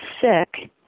sick